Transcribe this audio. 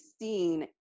seen